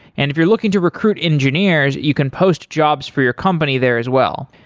and if you're looking to recruit engineers, you can post jobs for your company there as well.